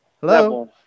Hello